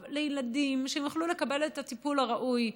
לילדים שהם יוכלו לקבל בו את הטיפול הראוי.